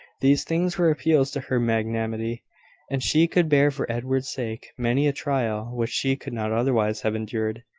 these things were appeals to her magnanimity and she could bear for edward's sake many a trial which she could not otherwise have endured.